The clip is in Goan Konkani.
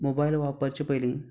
मोबायल वापरचे पयलीं